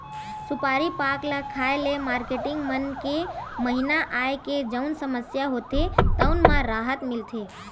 सुपारी पाक ल खाए ले मारकेटिंग मन के महिना आए के जउन समस्या होथे तउन म राहत मिलथे